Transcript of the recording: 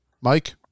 Mike